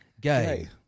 gay